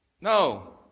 No